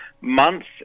months